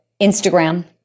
Instagram